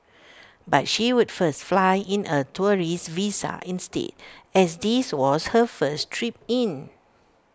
but she would first fly in A tourist visa instead as this was her first trip in